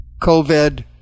COVID